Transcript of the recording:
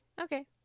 okay